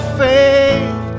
faith